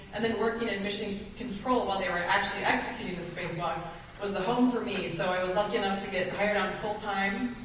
and then working in mission control while they were actually executing the spacewalk was the home for me. so i was lucky enough to get hired on full-time.